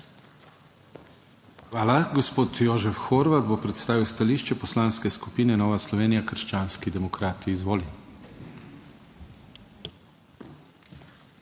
Hvala. Gospod Jožef Horvat bo predstavil stališče Poslanske skupine Nova Slovenija - krščanski demokrati. Izvolite.